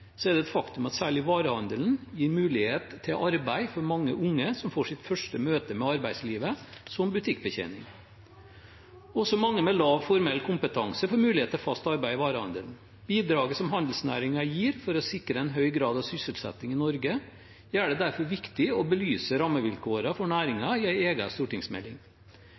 er det et faktum at særlig varehandelen gir mulighet til arbeid for mange unge, som får sitt første møte med arbeidslivet som butikkbetjening. Også mange med lav formell kompetanse får mulighet til fast arbeid i varehandelen. Bidraget handelsnæringen gir for å sikre en høy grad av sysselsetting i Norge, gjør det derfor viktig å belyse rammevilkårene for næringen i en egen stortingsmelding.